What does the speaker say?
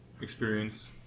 experience